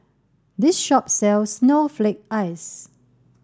this shop sells snowflake ice